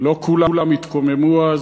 לא כולם התקוממו אז,